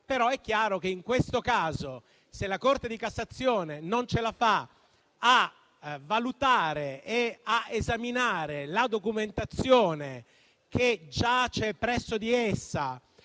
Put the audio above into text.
però è chiaro che in questo caso, se la Corte di cassazione non ce la fa a valutare ed esaminare la documentazione che giace presso di essa